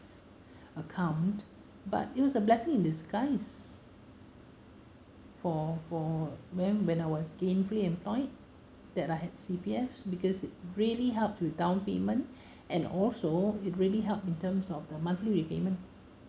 account but it was a blessing in disguise for for when when I was gainfully employed that I had C_P_F because it really help with down payment and also it really help in terms of the monthly repayments